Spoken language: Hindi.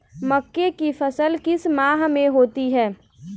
मक्के की फसल किस माह में होती है?